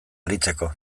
aritzeko